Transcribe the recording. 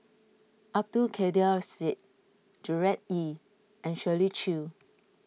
Abdul Kadir Syed Gerard Ee and Shirley Chew